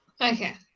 Okay